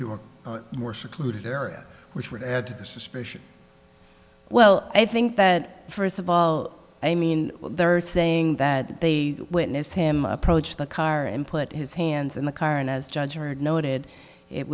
a more secluded area which would add to the suspicion well i think that first of all i mean there are saying that they witnessed him approach the car and put his hands in the car and as judge or noted it